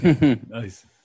Nice